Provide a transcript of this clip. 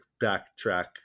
backtrack